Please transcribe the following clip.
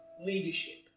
leadership